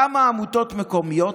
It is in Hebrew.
כמה עמותות מקומיות,